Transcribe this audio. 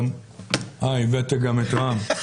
הבאת גם את רם.